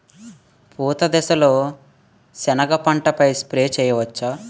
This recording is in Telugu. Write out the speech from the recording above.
పూత దశలో సెనగ పంటపై స్ప్రే చేయచ్చా?